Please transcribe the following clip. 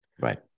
right